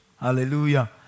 hallelujah